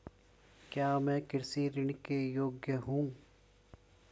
क्या मैं कृषि ऋण के योग्य हूँ?